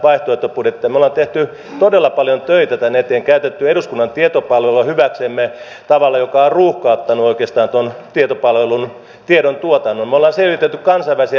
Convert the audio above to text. me olemme tehneet todella paljon töitä tämän eteen käyttäneet eduskunnan tietopalvelua hyväksemme tavalla joka on ruuhkauttanut oikeastaan tuon tietopalvelun tiedontuotannon me olemme selvitelleet kansainvälisiä vertailuita